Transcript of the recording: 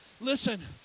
Listen